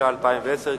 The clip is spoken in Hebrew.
התש"ע 2010,